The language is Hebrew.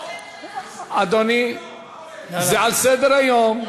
זה לא על סדר-היום.